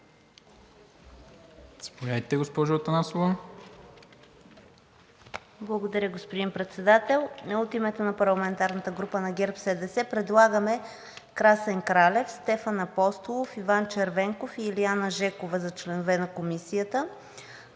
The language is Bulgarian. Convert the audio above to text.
Благодаря, господин Председател. От името на парламентарната група на ГЕРБ-СДС предлагаме Красен Кралев, Стефан Апостолов, Иван Червенков и Илиана Жекова за Комисията